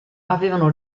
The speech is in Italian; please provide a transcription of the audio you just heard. avevano